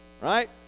right